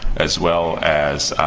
as well as